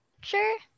Sure